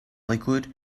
liquid